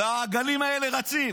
והעגלים האלה רצים.